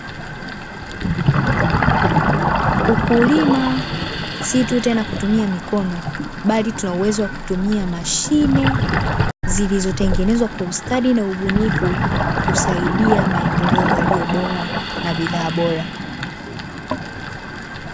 Ukulima si tu tena kutumia mikono, bali tuna uwezo wa kutumia mashine zilizotengenezwa kwa ustadi na ubunifu kusaidia maendeleo yaliyo bora na bidhaa Bora.